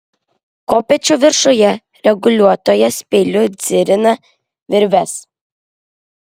kopėčių viršuje reguliuotojas peiliu dzirina virves